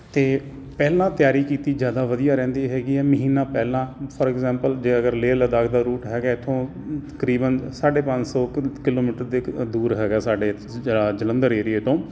ਅਤੇ ਪਹਿਲਾਂ ਤਿਆਰੀ ਕੀਤੀ ਜ਼ਿਆਦਾ ਵਧੀਆ ਰਹਿੰਦੀ ਹੈਗੀ ਹੈ ਮਹੀਨਾ ਪਹਿਲਾਂ ਫੋਰ ਇੰਗਜੈਪਲ ਜੇ ਅਗਰ ਲੇਹ ਲਦਾਖ ਦਾ ਰੂਟ ਹੈਗਾ ਇੱਥੋਂ ਤਕਰੀਬਨ ਸਾਢੇ ਪੰਜ ਸੌ ਕਿਲੋਮੀਟਰ ਦੇ ਦੂਰ ਹੈਗਾ ਸਾਡੇ ਆਹ ਜਲੰਧਰ ਏਰੀਏ ਤੋਂ